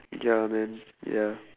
ya man ya